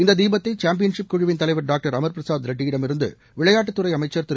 இந்த தீபத்தை சாம்பியன்ஷிப் குழுவின் தலைவர் டாக்டர் அமர்பிரசாத் ரெட்டியிடமிருந்து விளையாட்டுத்துறை அமைச்சர் திரு